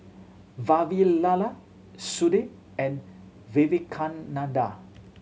Vavilala Sudhir and Vivekananda